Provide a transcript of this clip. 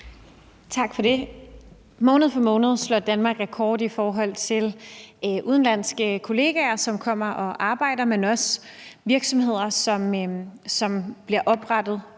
Tak for det. Måned for måned slår Danmark rekord i forhold til udenlandske kollegaer, som kommer og arbejder, men også i forhold til virksomheder, som bliver oprettet,